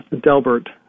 Delbert